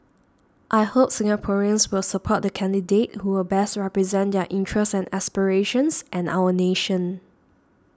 I hope Singaporeans will support the candidate who will best represent their interests and aspirations and our nation